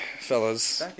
fellas